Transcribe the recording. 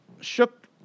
Shook